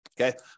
Okay